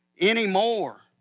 anymore